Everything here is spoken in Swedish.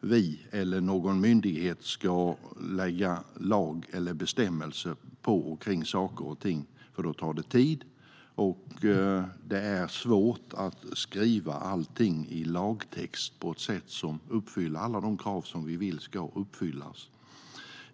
vi eller någon myndighet ska lägga lag eller bestämmelse på och kring saker och ting, för då tar det tid och det är svårt att skriva allting i lagtext på ett sätt som uppfyller alla de krav som vi vill ska uppfyllas.